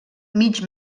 mig